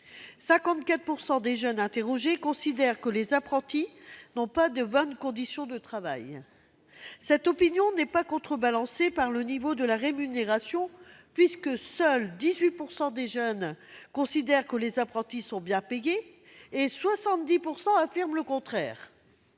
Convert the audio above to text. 54 % des jeunes interrogés considèrent que les apprentis n'ont pas de bonnes conditions de travail. Cette opinion n'est pas contrebalancée par le niveau de la rémunération, puisque seuls 18 % des jeunes considèrent que les apprentis sont bien payés, 70 % d'entre eux affirmant le contraire.